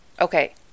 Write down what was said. Okay